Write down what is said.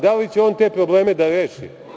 Da li će on te probleme da reši?